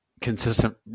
consistent